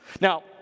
Now